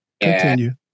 Continue